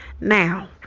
now